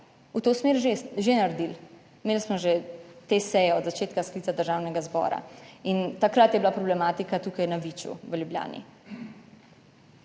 v to smer že naredili. Imeli smo že te seje od začetka sklica Državnega zbora in takrat je bila problematika tukaj na Viču, v Ljubljani.